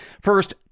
First